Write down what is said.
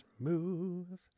Smooth